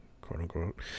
quote-unquote